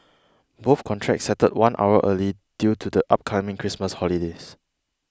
both contracts settled one hour early due to the upcoming Christmas holiday